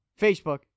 Facebook